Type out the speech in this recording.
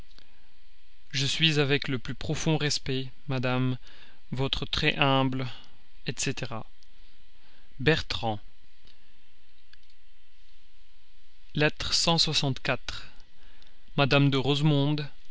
je suis avec le plus profond respect madame votre etc bertrand lettre madame de rosemonde